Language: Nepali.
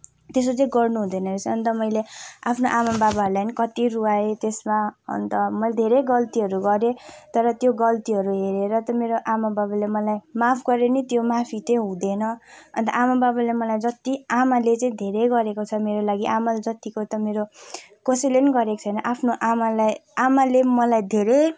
त्यसो चाहिँ गर्नु हुँदैन रहेछ अन्त मैले आफ्नो आमा बाबाहरूलाई कति रूवाए त्यसमा अन्त मैले धेरै गल्तीहरू गरेँ त्यो गल्तीहरू हेरेर त मेरो आमा बाबाले मलाई माफ गरे पनि त्यो माफी चाहिँ हुँँदैन अन्त आमा बाबाले जति आमाले चाहिँ धेरै गरेको छ मेरो लागि आमाले जत्तिको त मेरो कसैले पनि गरेको छैन आफ्नो आमालाई आमाले हामीलाई धेरै